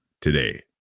today